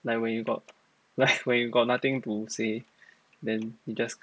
like when you got like you got nothing to say then you just